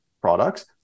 products